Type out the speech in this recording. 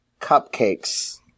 Cupcakes